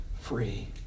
free